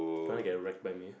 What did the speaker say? you wanna get wrecked by me